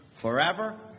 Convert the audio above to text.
forever